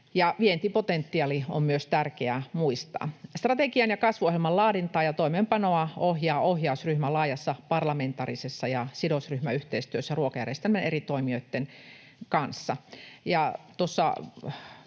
Vientipotentiaali on myös tärkeä muistaa. Strategian ja kasvuohjelman laadintaa ja toimeenpanoa ohjaa ohjausryhmä laajassa parlamentaarisessa ja sidosryhmäyhteistyössä ruokajärjestelmän eri toimijoitten kanssa.